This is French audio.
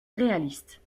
réalistes